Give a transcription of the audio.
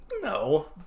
No